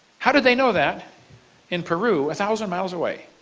how do they know that in peru, a thousand miles a way?